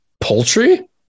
poultry